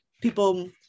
people